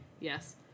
Yes